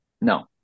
no